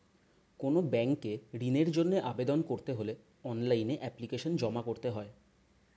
কোনো ব্যাংকে ঋণের জন্য আবেদন করতে হলে অনলাইনে এপ্লিকেশন জমা করতে হয়